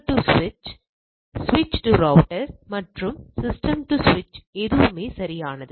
இது சமச்சீரற்றது மற்றும் கட்டின்மை கூறுகளைப் பொறுத்தது